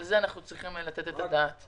על זה אנחנו צריכים לתת על זה את הדעת.